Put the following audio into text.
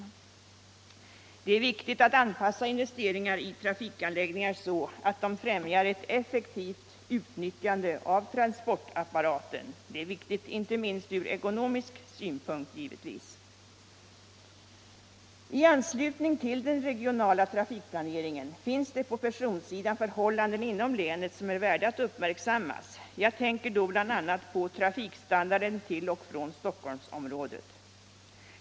Det är viktigt inte minst från ekonomisk synpunkt att anpassa investeringar i trafikanläggningar så att de främjar ett effektivt utnyttjande av transportapparaten. I anslutning till den regionala trafikplaneringen finns det på personsidan förhållanden inom länet som är värda att uppmärksamma. Jag tänker då bl.a. på trafikstandarden till och från Stockholmsområdet.